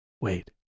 wait